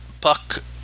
Puck